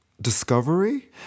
discovery